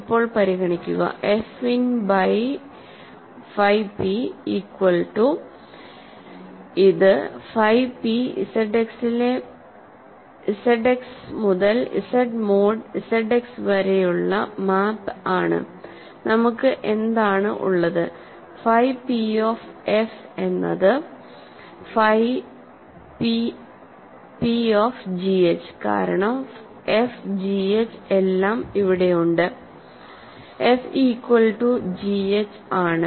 ഇപ്പോൾ പരിഗണിക്കുക f in by phi p equal to ഇത് ഫൈ p Z X മുതൽ Z മോഡ് p ZX വരെയുള്ള മാപ്പ് ആണ് നമുക്ക് എന്താണ് ഉള്ളത് ഫൈ p ഓഫ് f എന്നത് ഫൈ p ഓഫ് gh കാരണം f g h എല്ലാം ഇവിടെയുണ്ട് f equal to g h ആണ്